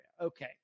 Okay